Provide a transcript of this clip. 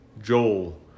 Joel